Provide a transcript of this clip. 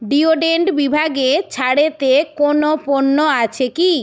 deodorant বিভাগে ছাড়েতে কোনও পণ্য আছে কি